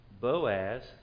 Boaz